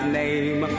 name